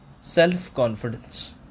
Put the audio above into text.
self-confidence